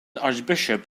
archbishop